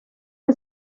que